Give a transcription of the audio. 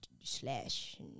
slash